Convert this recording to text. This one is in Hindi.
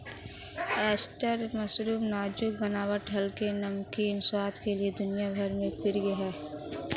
ऑयस्टर मशरूम नाजुक बनावट हल्के, नमकीन स्वाद के लिए दुनिया भर में प्रिय है